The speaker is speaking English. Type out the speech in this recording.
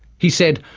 he said,